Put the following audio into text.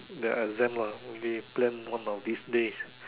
their exams lah maybe plan one of these days